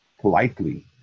politely